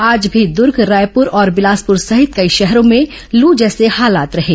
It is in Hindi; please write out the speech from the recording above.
आज भी दुर्ग रायपुर और बिलासपुर सहित कई शहरों में लू जैसे हालात रहें